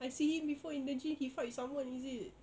I see him before in the gym he fight someone is it